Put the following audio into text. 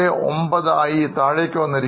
59 ആയി കുറഞ്ഞു